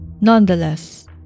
Nonetheless